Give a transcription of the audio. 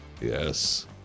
Yes